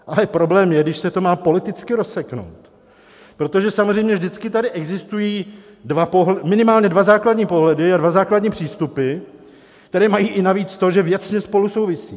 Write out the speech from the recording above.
Ale problém je, když se to má politicky rozseknout, protože samozřejmě vždycky tady existují minimálně dva základní pohledy a dva základní přístupy, které mají i navíc to, že věcně spolu souvisí.